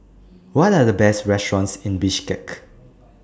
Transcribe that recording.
What Are The Best restaurants in Bishkek